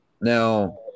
Now